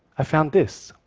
i found this.